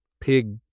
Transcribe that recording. pig